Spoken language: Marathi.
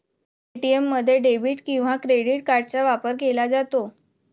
ए.टी.एम मध्ये डेबिट किंवा क्रेडिट कार्डचा वापर केला जातो